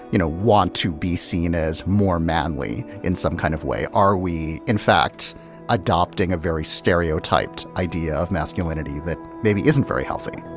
you know, want to be seen as more manly in some kind of way? are we in fact adopting a very stereotyped idea of masculinity that maybe isn't very healthy.